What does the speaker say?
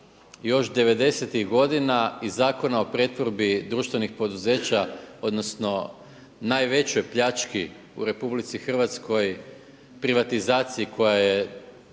zakona iz Zakona o pretvorbi društvenih poduzeća odnosno najvećoj pljački u RH privatizaciji koja je